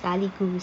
sekali gus